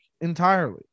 entirely